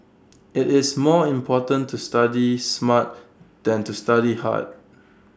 IT is more important to study smart than to study hard